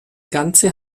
ganze